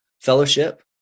fellowship